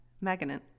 Magnet